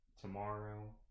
tomorrow